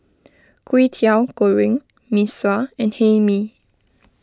Kwetiau Goreng Mee Sua and Hae Mee